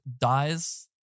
dies